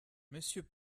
monsieur